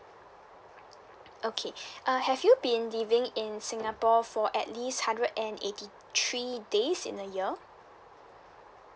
okay uh have you been living in singapore for at least hundred and eighty three days in a year